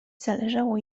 zależało